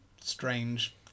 strange